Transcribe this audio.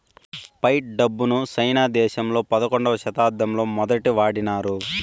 fight డబ్బును సైనా దేశంలో పదకొండవ శతాబ్దంలో మొదటి వాడినారు